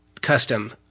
custom